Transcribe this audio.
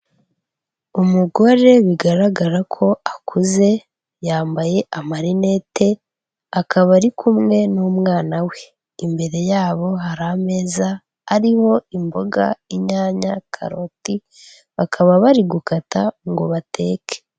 Umugore bigaragara ko akuze yambaye amarinete, akaba ari kumwe n'umwana we, imbere yabo hari ameza ariho imboga, inyanya, karoti ,bakaba bari gukata ngo bateke.